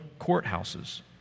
courthouses